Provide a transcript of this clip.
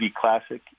classic